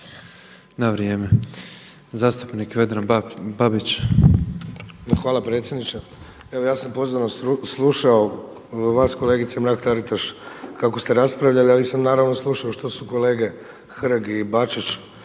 Babić. **Babić, Vedran (SDP)** Hvala predsjedniče. Evo ja sam pozorno slušao vas kolegice Mrak-Taritaš kako ste raspravljali ali ja nisam naravno slušao što su kolege Hrg i Bačić